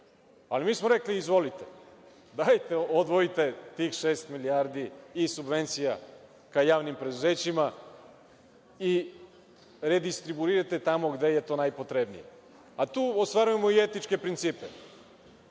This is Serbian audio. ali mi smo rekli – izvolite, dajte odvojite tih šest milijardi subvencija ka javnim preduzećima i redistribuirajte tamo gde je najpotrebnije. Tu ostvarujemo i etičke principe.